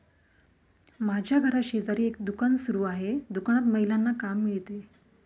माझ्या घराशेजारी एक दुकान सुरू आहे दुकानात महिलांना काम मिळते